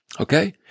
Okay